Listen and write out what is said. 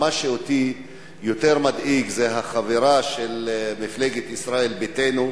מה שאותי יותר מדאיג זה החבירה של מפלגת ישראל ביתנו